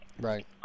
Right